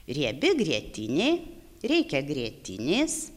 riebi grietinė reikia grietinės